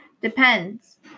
Depends